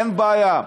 אין בעיה,